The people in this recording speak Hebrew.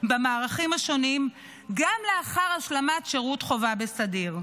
במערכים השונים גם לאחר השלמת חובה בסדיר.